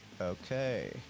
Okay